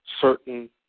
certain